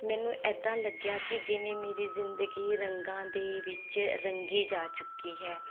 ਮੈਨੂੰ ਇੱਦਾਂ ਲੱਗਿਆ ਕਿ ਜਿਵੇਂ ਮੇਰੀ ਜ਼ਿੰਦਗੀ ਰੰਗਾਂ ਦੇ ਵਿੱਚ ਰੰਗੀ ਜਾ ਚੁੱਕੀ ਹੈ